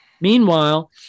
Meanwhile